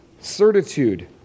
certitude